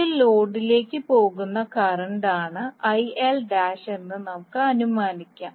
ഇതിൽ ലോഡിലേക്ക് പോകുന്ന കറന്റാണ് എന്ന് നമുക്ക് അനുമാനിക്കാം